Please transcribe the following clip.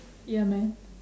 ya man